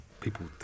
people